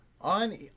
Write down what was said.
on